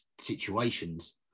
situations